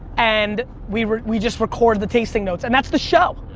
and we we just record the tasting notes, and that's the show.